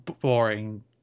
boring